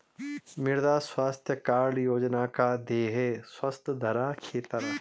मृदा स्वास्थ्य कार्ड योजना का ध्येय है स्वस्थ धरा, खेत हरा